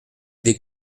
des